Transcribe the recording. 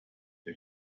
der